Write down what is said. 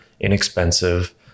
inexpensive